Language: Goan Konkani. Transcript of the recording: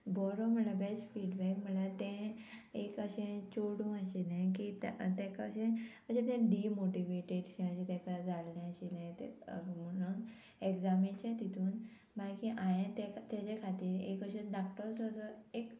बरो म्हळ्यार बेस्ट फिडबॅक म्हळ्यार तें एक अशें चोडूं आशिल्लें की ताका अशें अशें तें डिमोटिवेटेड अशें अशें ताका जाल्लें आशिल्लें तें म्हणून एग्जामेचे तितून मागीर हांवें ताका तेज्या खातीर एक अशें धाकटोसो जो एक